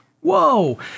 whoa